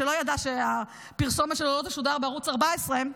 שלא ידע שהפרסומת שלו לא תשודר בערוץ 14,